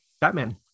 Batman